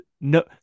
no